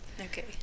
Okay